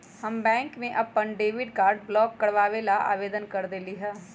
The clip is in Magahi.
हम बैंक में अपन डेबिट कार्ड ब्लॉक करवावे ला आवेदन कर देली है